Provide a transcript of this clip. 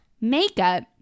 makeup